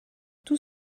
tout